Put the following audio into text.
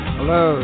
Hello